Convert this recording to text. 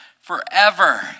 forever